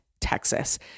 Texas